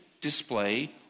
display